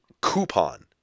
coupon